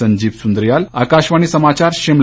संजीव सुंद्रियाल आकाशवाणी समाचार शिमला